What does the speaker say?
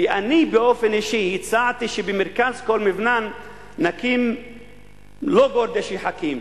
ואני באופן אישי הצעתי שבמרכז כל מבנן נקים לא גורדי שחקים,